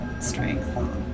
strength